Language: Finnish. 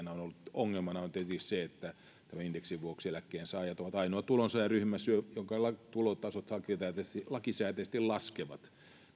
ongelmana on tietenkin se että tämän indeksin vuoksi eläkkeensaajat ovat ainoa tulonsaajaryhmä jonka tulotasot lakisääteisesti lakisääteisesti laskevat